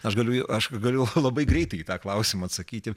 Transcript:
aš galiu aš galėjau labai greitai į tą klausimą atsakyti